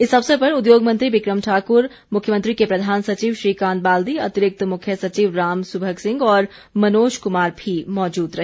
इस अवसर पर उद्योग मंत्री बिक्रम ठाकुर मुख्यमंत्री के प्रधान सचिव श्रीकांत बाल्दी अतिरिक्त मुख्य सचिव राम सुभग सिंह और मनोज क्मार भी मौजूद रहे